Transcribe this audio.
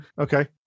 Okay